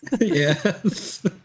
Yes